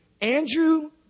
Andrew